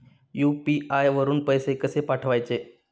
UPI वरून पैसे कसे पाठवायचे?